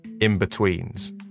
in-betweens